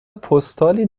پستالی